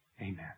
Amen